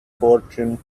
fortune